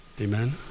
Amen